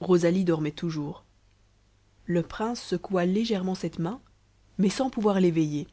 rosalie dormait toujours le prince secoua légèrement cette main mais sans pouvoir l'éveiller